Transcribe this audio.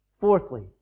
Fourthly